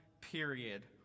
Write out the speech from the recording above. period